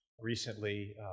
recently